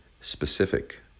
specific